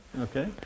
Okay